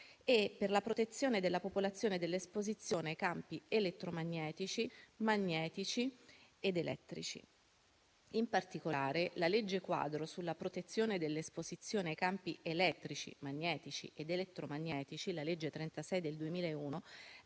e per la protezione della popolazione dall'esposizione ai campi elettromagnetici, magnetici ed elettrici. In particolare, la legge quadro sulla protezione dall'esposizione ai campi elettrici, magnetici ed elettromagnetici (la legge n. 36 del 2001)